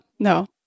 No